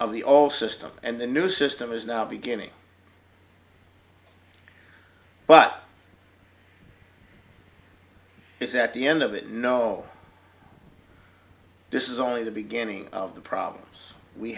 of the all system and the new system is now beginning but is that the end of it no this is only the beginning of the problems we